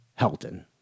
Helton